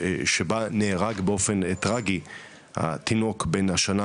שבה נהרג באופן טרגי התינוק בן השנה,